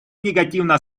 негативно